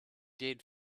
did